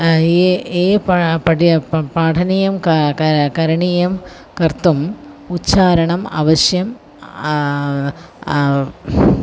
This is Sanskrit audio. ये प पठ्यते पाठनीयं करणीयं कर्तुम् उच्चारणम् अवश्यम्